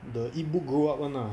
the eat book grow up [one] ah